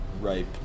ripe